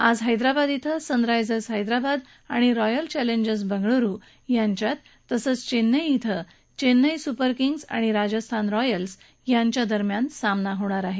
आज हैद्राबाद इथं सनरायजर्स हैद्राबाद आणि रॉयल चॅलेंजर्स बंगळुरु यांच्यात तसंच चेन्नई इथं चेन्नई सूपर किंग्ज आणि राजस्थान रॉयल्स यांच्यात सामना होणार आहे